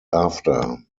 after